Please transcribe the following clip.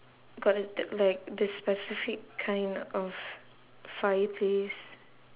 got like the the the specific kind of fireplace